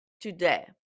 today